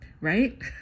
right